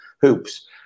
hoops